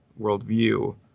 worldview